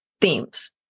themes